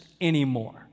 anymore